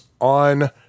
on